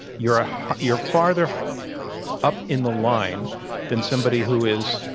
you're ah you're farther up in the line than somebody who is,